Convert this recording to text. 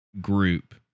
group